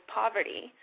poverty